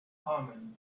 common